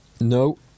No